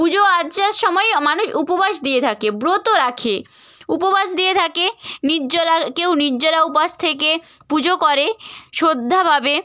পুজো আচ্চার সময়েই মানুষ উপবাস দিয়ে থাকে ব্রত রাখে উপবাস দিয়ে থাকে নির্জলা কেউ নির্জলা উপোস থেকে পুজো করে শ্রদ্ধাভাবে